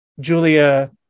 Julia